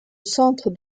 centre